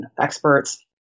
experts